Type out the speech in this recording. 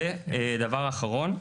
ודבר האחרון,